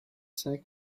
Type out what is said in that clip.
cinq